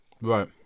Right